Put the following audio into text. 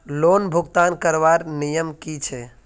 Loan भुगतान करवार नियम की छे?